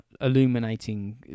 illuminating